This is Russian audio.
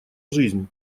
жизнь